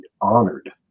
honored